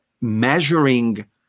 measuring